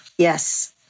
Yes